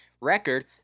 record